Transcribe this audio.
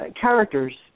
characters